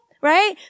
right